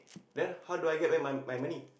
then how do I get my my money